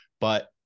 But-